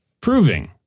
proving